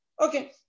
Okay